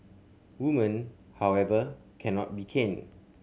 women however cannot be caned